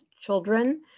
children